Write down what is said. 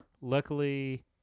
Luckily